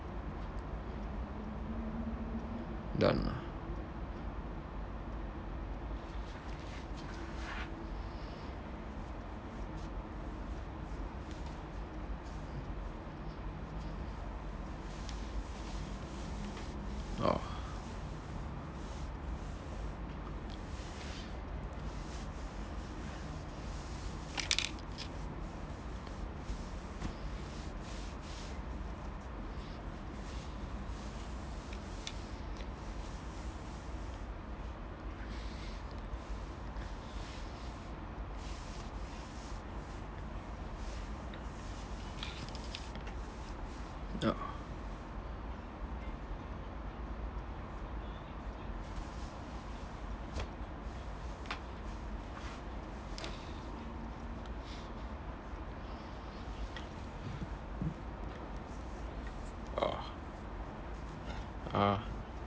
done ah orh orh orh ah